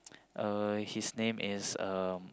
uh his name is um